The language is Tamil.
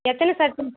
எத்தனை